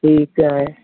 ठीकु आहे